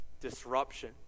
disruption